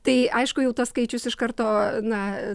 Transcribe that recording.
tai aišku jau tas skaičius iš karto na